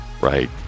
right